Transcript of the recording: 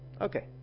Okay